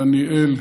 דניאל,